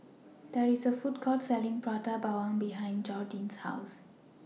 There IS A Food Court Selling Prata Bawang behind Jordyn's House